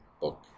book